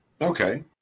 okay